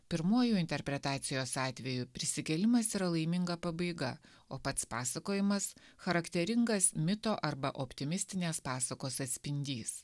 pirmuoju interpretacijos atveju prisikėlimas yra laiminga pabaiga o pats pasakojimas charakteringas mito arba optimistinės pasakos atspindys